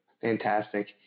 Fantastic